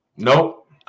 Nope